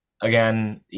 again